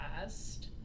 past